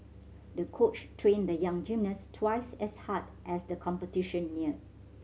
the coach trained the young gymnast twice as hard as the competition neared